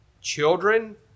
Children